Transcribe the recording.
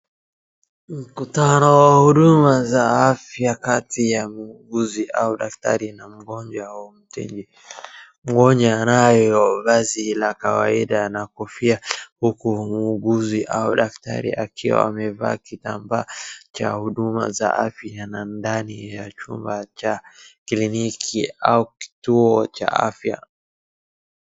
Mkutano wa huduma za afya kati ya muuguzi au daktari na mgonjwa au mteja. Mgonjwa anayevaa vazi la kawaida na kofia, huku muuguzi au daktari akiwa amevaa kitambaa cha huduma za afya na ndani ya chumba cha kliniki au kituo cha afya.